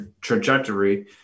trajectory